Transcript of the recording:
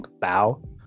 bow